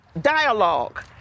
dialogue